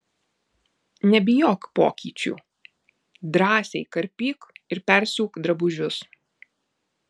nebijok pokyčių drąsiai karpyk ir persiūk drabužius